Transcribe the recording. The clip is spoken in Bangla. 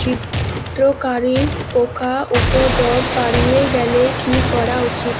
ছিদ্রকারী পোকা উপদ্রব বাড়ি গেলে কি করা উচিৎ?